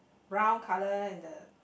brown colour in the